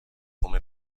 come